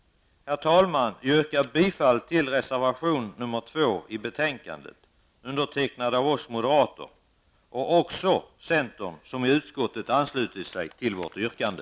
Herr talman! Jag yrkar bifall till reservation 2 i betänkandet undertecknad av oss moderater och också av centerpartister som i utskottet anslutit sig till vårt yrkande.